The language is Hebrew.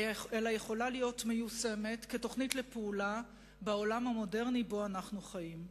אלא יכולה להיות מיושמת כתוכנית לפעולה בעולם המודרני שבו אנחנו חיים.